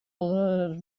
les